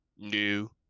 new